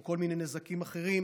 או כל מיני נזקים אחרים,